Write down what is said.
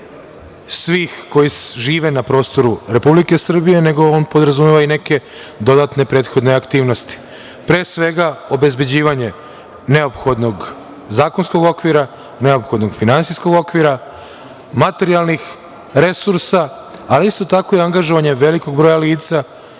svih koji žive na prostoru Republike Srbije, nego on podrazumeva i neke dodatne prethodne aktivnosti. Pre svega, obezbeđivanje neophodnog zakonskog okvira, neophodnog finansijskog okvira, materijalnih resursa, ali isto tako i angažovanje velikog broja lica,